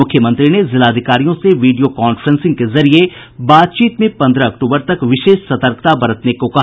मुख्यमंत्री ने जिलाधिकारियों से वीडियो कांफ्रेंसिंग के जरिये बातचीत में पंद्रह अक्टूबर तक विशेष सतर्कता बरतने को कहा